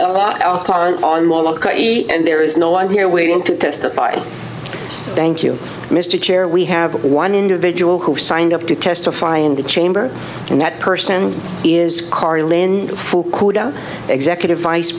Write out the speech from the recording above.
part and there is no i here waiting to testify thank you mr chair we have one individual who signed up to testify in the chamber and that person is carlin kudo executive vice